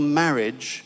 marriage